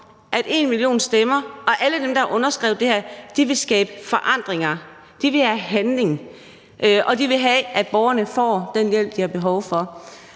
at #enmillionstemmer og alle dem, der har underskrevet det her, vil skabe forandringer, vil have handling, og de vil have, at borgerne får den hjælp, de har behov for.